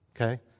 Okay